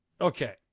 Okay